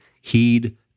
Heed